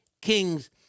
kings